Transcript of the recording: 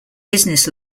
business